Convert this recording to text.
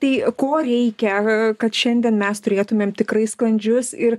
tai ko reikia kad šiandien mes turėtumėm tikrai sklandžius ir